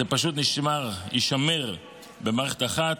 זה פשוט יישמר במערכת אחת,